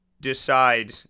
decide